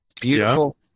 Beautiful